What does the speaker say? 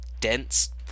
dense